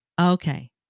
okay